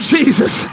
Jesus